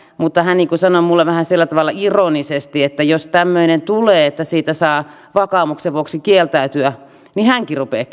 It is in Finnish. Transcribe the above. mutta hän sanoi minulle vähän sillä tavalla ironisesti että jos tämmöinen tulee että siitä saa vakaumuksen vuoksi kieltäytyä niin hänkin rupeaa